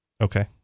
Okay